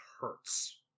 hurts